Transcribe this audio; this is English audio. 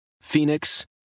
phoenix